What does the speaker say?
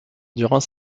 durant